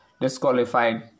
disqualified